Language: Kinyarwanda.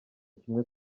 kimwe